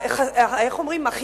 ואיך אומרים, החיסיון,